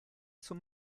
zum